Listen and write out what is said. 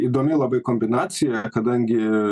įdomi labai kombinacija kadangi